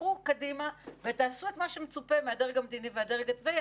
תלכו קדימה ותעשו את מה שמצופה מהדרג המדיני והדרג הצבאי,